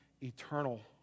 eternal